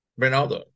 Ronaldo